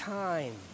time